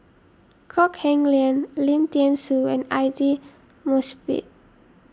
Kok Heng Leun Lim thean Soo and Aidli Mosbit